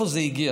מאיפה זה הגיע?